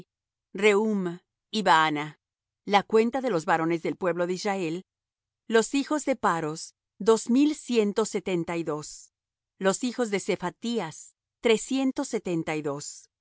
y baana la cuenta de los varones del pueblo de israel los hijos de paros dos mil ciento setenta y dos los hijos de sephatías trescientos setenta y dos